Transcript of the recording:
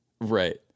Right